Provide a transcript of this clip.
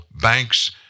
banks